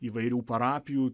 įvairių parapijų